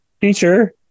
Teacher